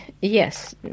Yes